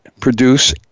produce